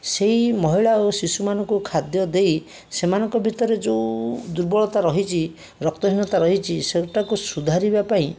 ସେହି ମହିଳା ଓ ଶିଶୁମାନଙ୍କୁ ଖାଦ୍ୟ ଦେଇ ସେମାନଙ୍କ ଭିତରେ ଯେଉଁ ଦୁର୍ବଳତା ରହିଛି ରକ୍ତହୀନତା ରହିଛି ସେଟାକୁ ସୁଧାରିବା ପାଇଁ